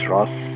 Ross